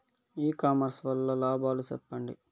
ఇ commerce వల్ల లాభాలు సెప్పండి?